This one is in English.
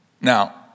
Now